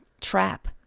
trap